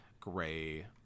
gray